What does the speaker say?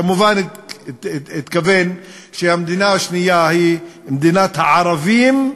כמובן הוא התכוון שהמדינה השנייה היא מדינת הערבים,